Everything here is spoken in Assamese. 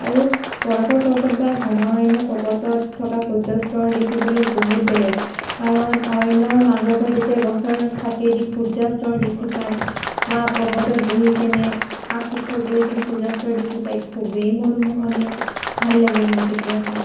আৰু বৰফৰ পৰ্বত বা ঘন অৰণ্য পৰ্বতত থকা সূৰ্যস্তৰ দেখিবলৈ বহুত বেলেগ কাৰণ অৰণ্যৰ মাজৰ পৰা যেতিয়া গছৰ ফাঁকেদি সূৰ্যাস্তৰ দেখি পায় বা পৰ্বতত বহিকেনে শিখৰত বহিকেনে সূৰ্যাস্তৰ দেখি পায় খুবেই মনোমোহনীয় ভাল লাগে মোৰ তেতিয়া চাই